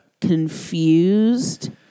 Confused